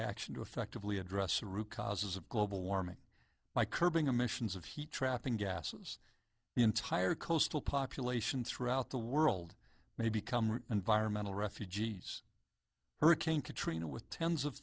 action to effectively address the root causes of global warming by curbing a missions of heat trapping gases the entire coastal population throughout the world may become environmental refugees hurricane katrina with tens of